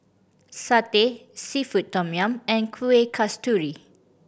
satay seafood tom yum and Kuih Kasturi